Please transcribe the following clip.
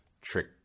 trick